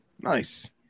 Nice